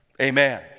amen